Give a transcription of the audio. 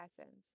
essence